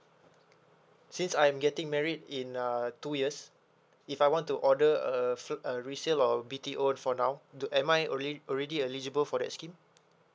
since I am getting married in uh two years if I want to order uh food uh resale or B_T_O for now do am I alre~ already eligible for that scheme